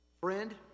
Friend